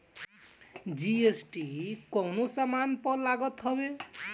GST कवनो भी सामान पअ लागत हवे